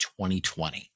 2020